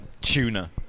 tuna